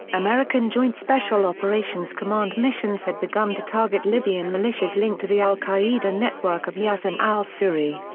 american joint special operations command missions had begun to target libyan militias linked to the al-qaeda network of yasin al-suri.